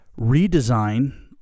redesign